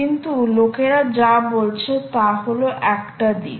কিন্তু লোকেরা যা বলছে তা হল একটা দিক